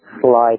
Slide